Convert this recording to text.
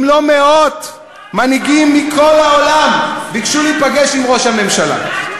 אם לא מאות מנהיגים מכל העולם ביקשו להיפגש עם ראש הממשלה.